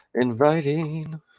inviting